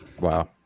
Wow